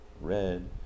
red